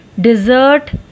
desert